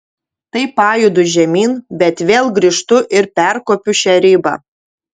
tai pajudu žemyn bet vėl grįžtu ir perkopiu šią ribą